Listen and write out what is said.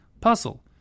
puzzle